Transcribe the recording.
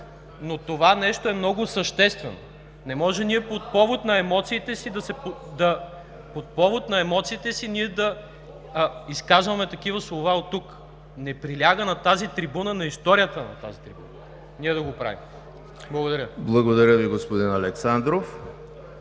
но това е много съществено. Не може ние по повод на емоциите си да изказваме такива слова оттук. Не приляга на тази трибуна, на историята на тази трибуна ние да го правим. Благодаря. ПРЕДСЕДАТЕЛ ЕМИЛ ХРИСТОВ: Благодаря Ви, господин Александров.